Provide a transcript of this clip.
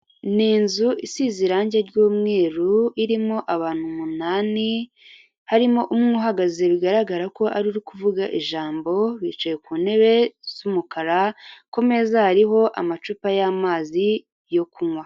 Ni inzu isize irangi ry'umweru irimo abantu umunani, harimo umwe uhagaze bigaragara ko ariwe uri kuvuga ijambo, bicaye ku ntebe z'umukara, ku meza hariho amacupa y'amazi yo kunywa.